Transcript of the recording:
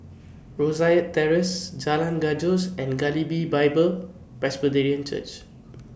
Rosyth Terrace Jalan Gajus and Galilee B Bible Presbyterian Church